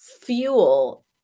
fuel